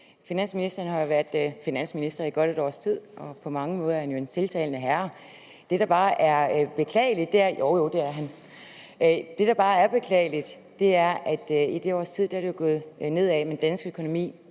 Finansministeren har jo været finansminister i godt et års tid, og på mange måder er han en tiltalende herre – jo, jo, det er han – men det, der bare er beklageligt, er, at det er gået ned ad bakke med den danske økonomi